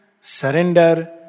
surrender